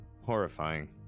horrifying